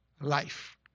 life